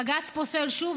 בג"ץ פוסל שוב,